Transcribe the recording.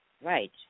Right